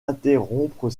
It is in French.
interrompre